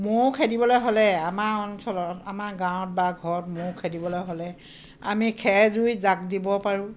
মহ খেদিবলৈ হ'লে আমাৰ অঞ্চলত আমাৰ গাঁৱত বা ঘৰত মহ খেদিবলৈ হ'লে আমি খেৰ জুই যাগ দিব পাৰোঁ